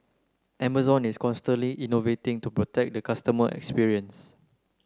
Amazon is constantly innovating to protect the customer experience